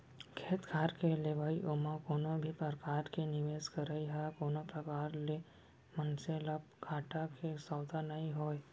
खेत खार के लेवई ओमा कोनो भी परकार के निवेस करई ह कोनो प्रकार ले मनसे ल घाटा के सौदा नइ होय